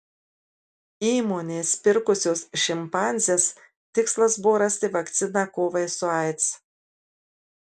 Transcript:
įmonės pirkusios šimpanzes tikslas buvo rasti vakciną kovai su aids